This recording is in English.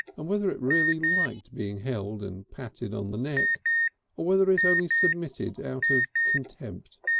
and whether it really liked being held and patted on the neck or whether it only submitted out of contempt.